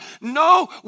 No